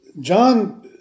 John